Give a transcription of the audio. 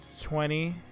twenty